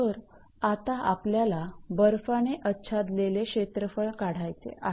तर आता आपल्याला बर्फाने अच्छादलेले क्षेत्रफळ काढायचे आहे